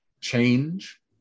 change